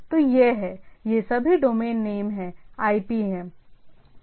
तो यह है ये सभी डोमेन नेम हैं IP है